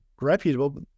reputable